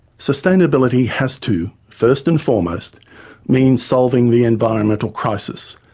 sustainability has to first and foremost mean solving the environmental crisis,